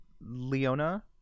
leona